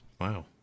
Wow